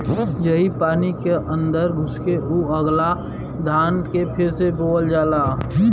यही पानी क अन्दर घुस के ऊ उगला धान के फिर से बोअल जाला